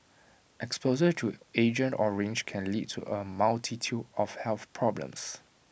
exposure to agent orange can lead to A multitude of health problems